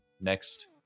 next